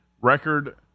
record